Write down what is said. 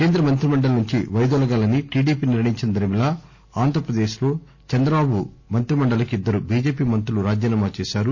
కేంద్ర మంత్రి మండలి నుంచి పైదొలగాలని టిడిపి నిర్ణయించిన దరిమిలా ఆంధ్రప్రదేశ్లో చంద్రబాబు మంత్రి మండలికి ఇద్దరు చిజెపి మంత్రులు రాజీనామా చేశారు